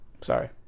Sorry